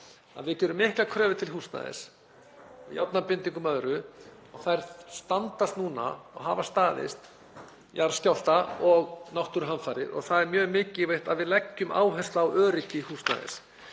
við gerum það miklar kröfur til húsnæðis, með járnabindingar og annað, að þær standast núna og hafa staðist jarðskjálfta og náttúruhamfarir og það er mjög mikilvægt að við leggjum áherslu á öryggi húsnæðis.